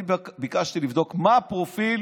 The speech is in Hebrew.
ביקשתי לבדוק מה הפרופיל